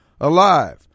alive